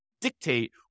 dictate